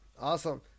Awesome